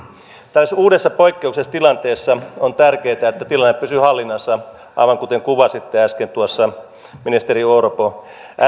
tässä uudessa poikkeuksellisessa tilanteessa on tärkeätä että tilanne pysyy hallinnassa aivan kuten kuvasitte äsken tuossa ministeri orpo